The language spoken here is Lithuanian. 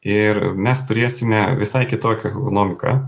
ir mes turėsime visai kitokią ekonomiką